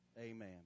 Amen